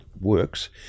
works